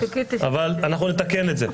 אבל אנחנו נתקן את זה.